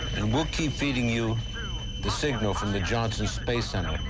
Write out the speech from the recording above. we'll keep feeding you the signal from the johnson space center.